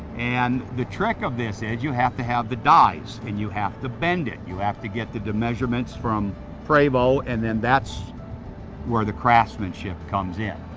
and the trick of this is, you have to have the dies, and you have to bend it, you have to get the measurements from prevost and then that's where the craftsmanship comes in,